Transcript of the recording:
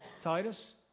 titus